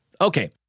Okay